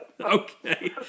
Okay